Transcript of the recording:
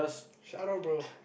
shout out bro